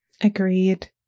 Agreed